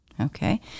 Okay